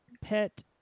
pet